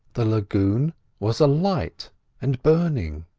the lagoon was alight and burning.